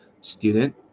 student